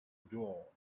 door